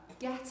Get